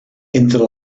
entre